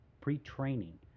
pre-training